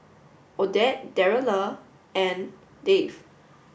Odette Darryle and Dave